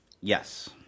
Yes